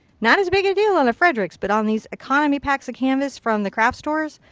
not as big a deal on a fredricks, but on these economy packs of canvas from the craft stores,